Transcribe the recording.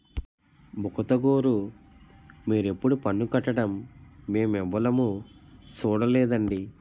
బుగతగోరూ మీరెప్పుడూ పన్ను కట్టడం మేమెవులుమూ సూడలేదండి